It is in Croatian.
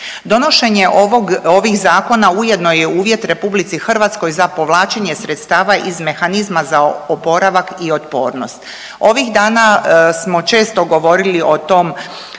Donošenje ovih zakona u jedno je uvjet RH za povlačenja sredstava iz mehanizma za oporavak i otpornost. Ovih dana smo često govorili o tom